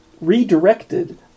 redirected